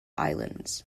islands